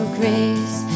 grace